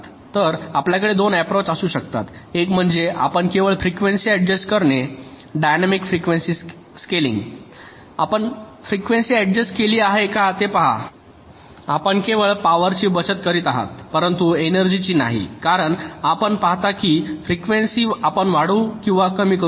तर आपल्याकडे दोन अप्रोच असू शकतात एक म्हणजे आपण केवळ फ्रिकवेंसी अड्जस्ट करणे डायनॅमिक फ्रिक्वेंसी स्केलिंग आपण फ्रिकवेंसी अड्जस्ट केली आहे का ते पहा आपण केवळ पॉवरची बचत करीत आहात परंतु एनर्जी ची नाही कारण आपण पाहता की फ्रिकवेंसी आपण वाढवू किंवा कमी करू शकता